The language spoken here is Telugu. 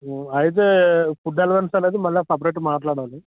అయితే ఫుడ్ అలవెన్స్ అనేది మళ్లీ సపరేట్ మాట్లాడాలి